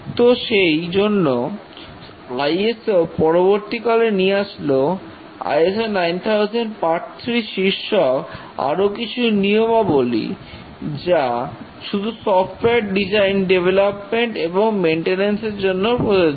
তো সেই জন্য ISO পরবর্তীকালে নিয়ে আসলো ISO 9000 part 3 শীর্ষক আরো কিছু নিয়মাবলী যা শুধু সফটওয়্যার ডিজাইন ডেভলপমেন্ট এবং মেনটেনেন্স এর জন্য প্রযোজ্য